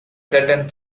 threaten